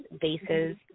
bases